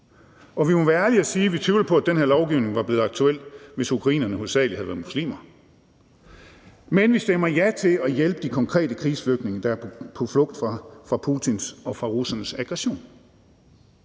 og vi må være ærlige og sige, at vi tvivler på, at den her lovgivning var blevet aktuel, hvis ukrainerne hovedsagelig havde været muslimer, men vi stemmer ja til at hjælpe de konkrete krigsflygtninge, der er på flugt fra Putins og fra russernes aggression.